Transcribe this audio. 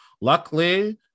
Luckily